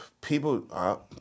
people